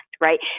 right